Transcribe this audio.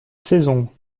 saison